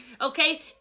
okay